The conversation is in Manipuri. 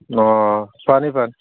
ꯑꯥ ꯐꯅꯤ ꯐꯅꯤ